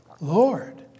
Lord